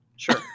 Sure